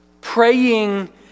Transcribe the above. praying